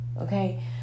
Okay